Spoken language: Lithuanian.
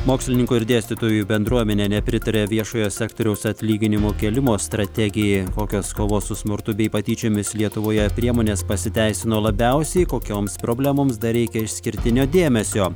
mokslininkų ir dėstytojų bendruomenė nepritaria viešojo sektoriaus atlyginimo kėlimo strategijai kokios kovos su smurtu bei patyčiomis lietuvoje priemonės pasiteisino labiausiai kokioms problemoms dar reikia išskirtinio dėmesio